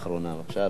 בבקשה, אדוני.